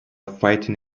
fighting